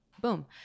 boom